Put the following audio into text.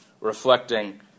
reflecting